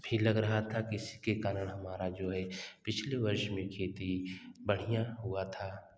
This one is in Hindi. भी लग रहा था इसीके कारण हमारा जो है पिछले वर्ष में खेती बढ़िया हुआ था